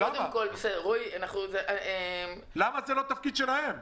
למה זה לא התפקיד שלהם?